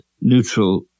neutral